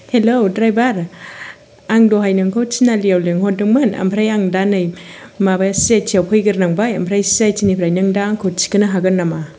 hello driver आं दहाय नोंखौ तिनआलियाव लिंहरदोंमोन ओमफ्राय आं दा नै माबा सि आइ टियाव फैगोरनांबाय ओमफ्राय सि आइ टिनिफ्राय नों दा आंखौ थिखोनो हागोन नामा